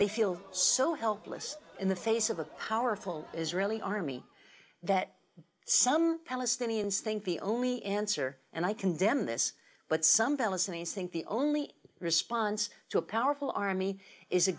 they feel so helpless in the face of a powerful israeli army that some palestinians think the only answer and i condemn this but some palestinians think the only response to a powerful army is a